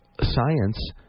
science